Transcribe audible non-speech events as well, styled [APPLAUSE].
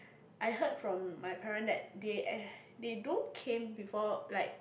I heard from my parent that they ac~ [BREATH] they do came before like